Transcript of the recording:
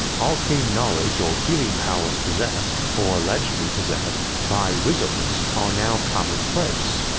arcane knowledge or healing powers possessed, or allegedly possessed, by wizards are now commonplace,